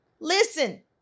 Listen